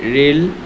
rail